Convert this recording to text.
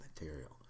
material